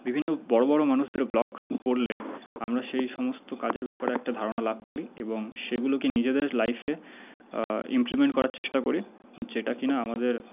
বিভিন্ন বড়ো বড়ো মানুষের ব্লগ পড়লে আমরা সেই সমস্ত কাজের ব্যাপারে একটা ধারণা লাভ করি এবং সেগুলোকে নিজেদের লাইফে ইমপ্লিমেন্ট করার চেষ্টা করি যেটা কি না আমাদের